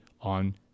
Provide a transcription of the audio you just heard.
on